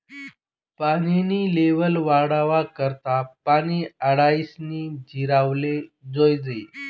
पानी नी लेव्हल वाढावा करता पानी आडायीसन जिरावाले जोयजे